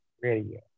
Radio